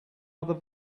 other